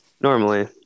Normally